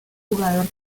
jugador